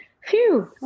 Phew